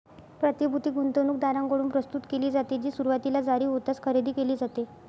प्रतिभूती गुंतवणूकदारांकडून प्रस्तुत केली जाते, जी सुरुवातीला जारी होताच खरेदी केली जाते